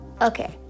Okay